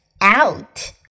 out